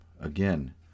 Again